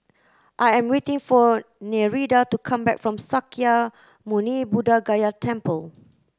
I am waiting for Nereida to come back from Sakya Muni Buddha Gaya Temple